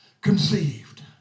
conceived